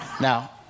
Now